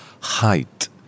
Height